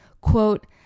Quote